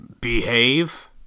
behave